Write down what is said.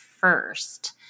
first